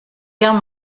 guerre